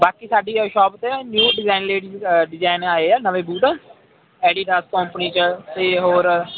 ਬਾਕੀ ਸਾਡੀ ਸ਼ੋਪ 'ਤੇ ਨਿਊ ਡਿਜ਼ਾਇਨ ਲੇਟਸਟ ਡਿਜ਼ਾਇਨ ਆਏ ਆ ਨਵੇਂ ਬੂਟ ਐਡੀਡਾਸ ਕੰਪਨੀ 'ਚ ਅਤੇ ਹੋਰ